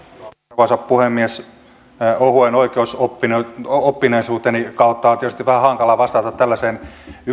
arvoisa puhemies ohuen oikeusoppineisuuteni kautta on tietysti vähän hankalaa vastata tällaiseen